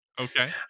Okay